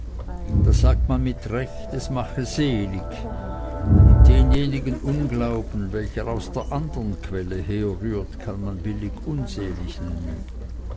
da sagt man mit recht es mache selig und denjenigen unglauben welcher aus der anderen quelle herrührt kann man billig unselig nennen